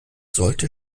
sollte